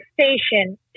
station